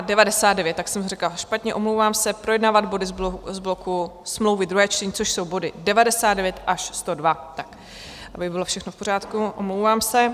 99 tak jsem to řekla špatně, omlouvám se: projednávat body z bloku Smlouvy druhé čtení, což jsou body 99 až 102, aby bylo všechno v pořádku, omlouvám se.